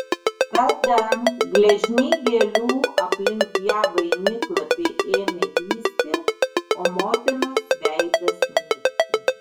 tada gležni gėlių aplink ją vainiklapiai ėmė vysti o motinos veidas nykti